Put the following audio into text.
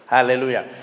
Hallelujah